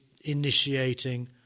initiating